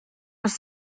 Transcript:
was